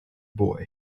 boy